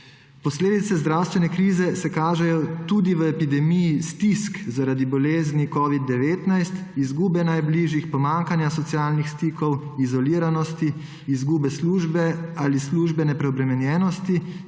Posledice zdravstvene krize se kažejo tudi v epidemiji stisk zaradi bolezni covid-19, izgube najbližjih, pomanjkanja socialnih stikov, izoliranosti, izgube službe ali službene preobremenjenosti